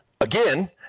again